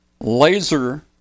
laser